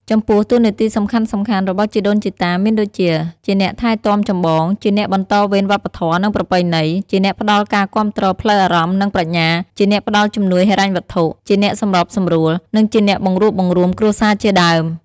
ចំពោះ តួនាទីសំខាន់ៗរបស់ជីដូនជីតាមានដូចជា ជាអ្នកថែទាំចម្បង ជាអ្នកបន្តវេនវប្បធម៌ និងប្រពៃណី ជាអ្នកផ្តល់ការគាំទ្រផ្លូវអារម្មណ៍ និងប្រាជ្ញា ជាអ្នកផ្តល់ជំនួយហិរញ្ញវត្ថុ ជាអ្នកសម្របសម្រួល និងជាអ្នកបង្រួបបង្រួមគ្រួសារជាដើម។